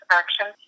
action